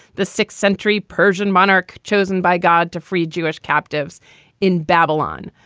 the sixth century persian monarch chosen by god to free jewish captives in babylon.